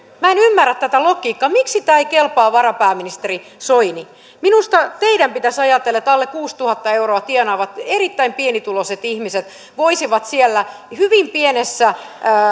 minä en ymmärrä tätä logiikkaa miksi tämä ei kelpaa varapääministeri soini minusta teidän pitäisi ajatella että alle kuusituhatta euroa tienaavat erittäin pienituloiset ihmiset voisivat siellä hyvin pienessä